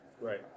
Right